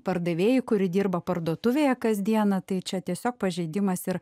pardavėjai kuri dirba parduotuvėje kasdieną tai čia tiesiog pažeidimas ir